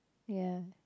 ya